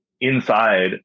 inside